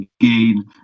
again